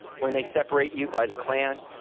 when they separate you by the clan,